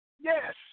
Yes